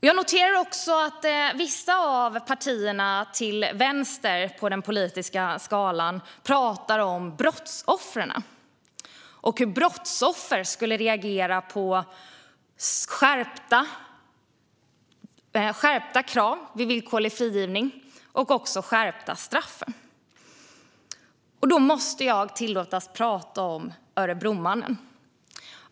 Jag noterar också att vissa av partierna till vänster på den politiska skalan talar om brottsoffren och hur dessa skulle reagera på skärpta straff och skärpta krav för villkorlig frigivning. Då måste jag ta upp Örebromannen.